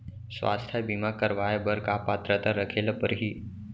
स्वास्थ्य बीमा करवाय बर का पात्रता रखे ल परही?